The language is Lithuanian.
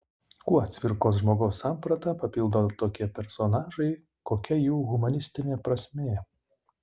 kuo cvirkos žmogaus sampratą papildo tokie personažai kokia jų humanistinė prasmė